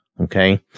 okay